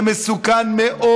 זה מסוכן מאוד,